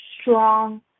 strong